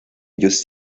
ellos